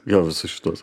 jo visus šituos